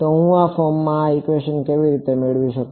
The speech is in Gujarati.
તો હું આ ફોર્મમાં આ ઇક્વેશન કેવી રીતે મેળવી શકું